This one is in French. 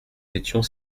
étions